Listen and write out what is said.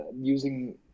using